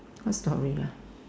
what story lah